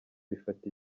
bifata